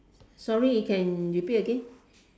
sorry you can repeat again